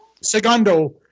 Segundo